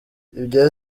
ibya